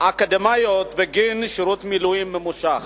אקדמיות בגין שירות מילואים ממושך.